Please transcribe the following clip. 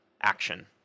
action